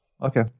Okay